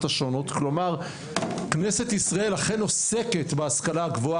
השונות כלומר כנסת ישראל אכן עוסקת בהשכלה הגבוהה